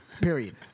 Period